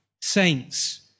saints